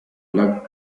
black